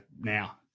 now